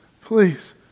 please